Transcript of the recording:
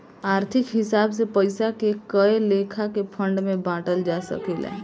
आर्थिक हिसाब से पइसा के कए लेखा के फंड में बांटल जा सकेला